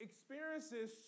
Experiences